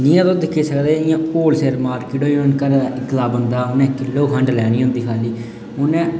जि'यां तुस दिक्खी सकदे इ'यां होल सेल मार्कट होई ई घरै दा में इक्कला बंदा में किल्लो खंड लैनी होंदी खाल्ली उ'नें